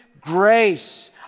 grace